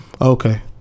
Okay